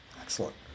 Excellent